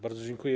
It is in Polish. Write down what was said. Bardzo dziękuję.